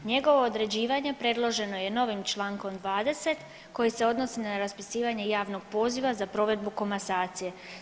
Njegovo određivanje predloženo je novim čl. 20. koji se odnosi na raspisivanje javnog poziva za provedbu komasacije.